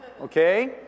okay